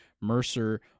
Mercer